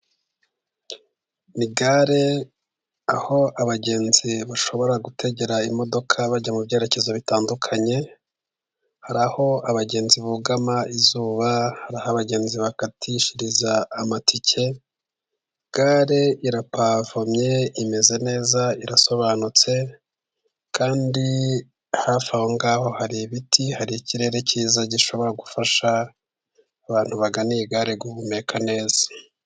Ni gare aho abagenzi bashobora gutegera imodoka bajya mu byerekezo bitandukanye, hari aho abagenzi bugama izuba ,hari aho abagenzi bakatishiriza amatike ,gare irapavomye imeze neza, irasobanutse kandi hafi aho ngaho hari ibiti ,hari ikirere cyiza gishobora gufasha abantu bagana iyi gare guhumeka neza.